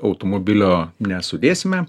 automobilio nesudėsime